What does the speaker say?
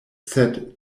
sed